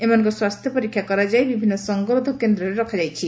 ଏମାନଙ୍କ ସ୍ୱାସ୍ଥ୍ୟ ପରୀକ୍ଷା କରାଯାଇ ବିଭିନ୍ନ ସଙ୍ଗରୋଧ କେନ୍ଦ୍ରରେ ରଖାଯାଇଛି